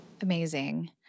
Amazing